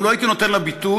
גם לא הייתי נותן לה ביטוי,